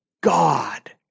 God